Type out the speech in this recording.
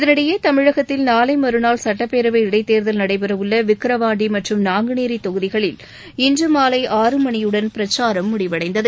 இதனிடையே தமிழதக்தில் நாளை மற்றாள் சட்டப்பேரவை இடைத்தேர்தல் நடைபெறவுள்ள விக்கிரவாண்டி மற்றும் நாங்குநேரி தொகுதிகளில் இன்று மாலை ஆறுமணியுடன் பிரச்சாரம் முடிவடைந்தது